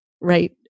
right